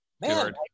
man